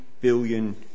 billion